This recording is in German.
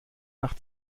nach